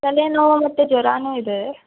ತಲೆನೋವು ಮತ್ತು ಜ್ವರಾನೂ ಇದೆ